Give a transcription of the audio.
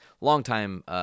Longtime